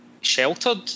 sheltered